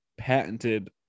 patented